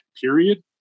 period